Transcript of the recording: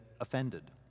offended